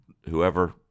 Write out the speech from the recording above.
whoever